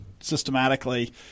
systematically